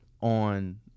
on